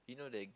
you know like